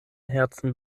herzen